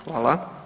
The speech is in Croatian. Hvala.